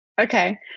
Okay